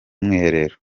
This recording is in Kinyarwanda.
mwiherero